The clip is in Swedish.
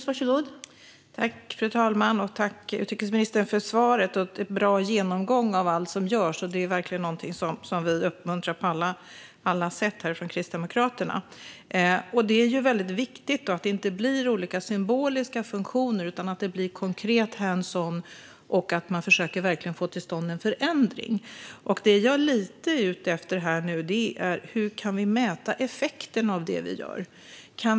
Fru talman! Jag tackar utrikesministern för svaret och en bra genomgång av allt som görs, och Kristdemokraterna uppmuntrar verkligen detta på alla sätt. Det är viktigt att det inte blir olika symboliska funktioner utan att det blir konkret och hands on och att man verkligen försöker få till stånd en förändring. Det jag lite far efter är hur vi kan mäta effekten av det vi gör.